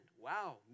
Wow